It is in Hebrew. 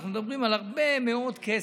אנחנו מדברים על הרבה מאוד כסף,